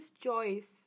choice